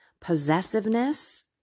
possessiveness